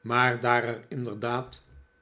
maar daar er inderdaad